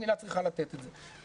המדינה צריכה לתת את זה.